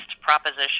Proposition